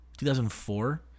2004